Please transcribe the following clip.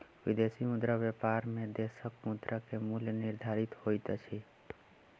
विदेशी मुद्रा बजार में देशक मुद्रा के मूल्य निर्धारित होइत अछि